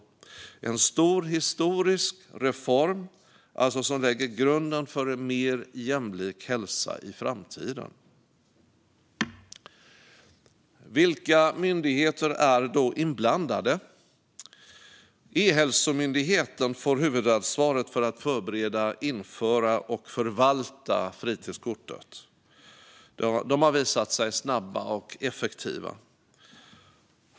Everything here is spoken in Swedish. Det är en stor, historisk reform som lägger grunden för en mer jämlik hälsa i framtiden. Vilka myndigheter är då inblandade? E-hälsomyndigheten får huvudansvaret för att förbereda, införa och förvalta fritidskortet. De har visat sig snabba och effektiva.